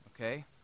Okay